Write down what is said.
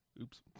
Oops